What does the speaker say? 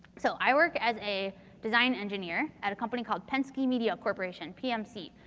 so, i work as a design engineer at a company called penske media corporation, pmc.